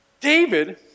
David